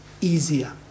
easier